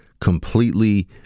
Completely